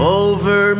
over